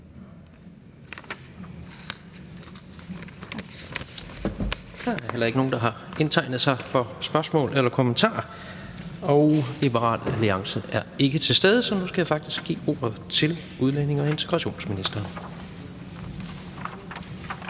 Der er ikke nogen, der har indtegnet sig for korte bemærkninger. Liberal Alliances ordfører er ikke til stede, så nu skal jeg faktisk give ordet til udlændinge- og integrationsministeren.